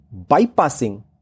bypassing